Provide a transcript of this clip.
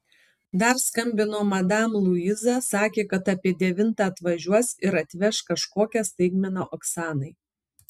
dar skambino madam luiza sakė kad apie devintą atvažiuos ir atveš kažkokią staigmeną oksanai